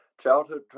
childhood